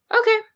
Okay